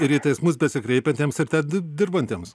ir į teismus besikreipiantiems ir ten dirbantiems